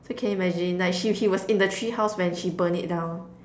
so can you imagine like he he was in the treehouse when she burn it down